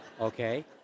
Okay